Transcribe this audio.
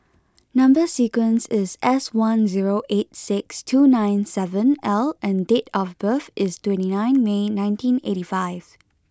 number sequence is S one zero eight six two nine seven L and date of birth is twenty nine May nineteen eighty five